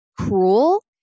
cruel